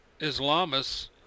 islamists